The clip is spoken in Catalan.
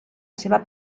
seva